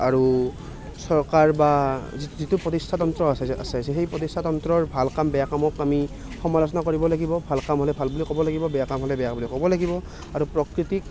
আৰু চৰকাৰ বা যিটো প্ৰতিষ্ঠাতন্ত্ৰ আছে যে সেই প্ৰতিষ্ঠাতন্ত্ৰৰ ভাল কাম বেয়া কামক আমি সমালোচনা কৰিব লাগিব ভাল কাম হ'লে ভাল বুলি ক'ব লাগিব বেয়া কাম হ'লে বেয়া বুলি ক'ব লাগিব আৰু প্ৰকৃতিক